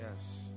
Yes